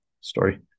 story